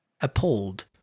appalled